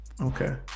Okay